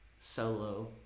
solo